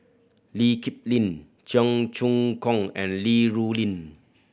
Lee Kip Lin Cheong Choong Kong and Li Rulin